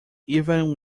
even